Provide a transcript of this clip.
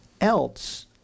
else